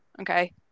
Okay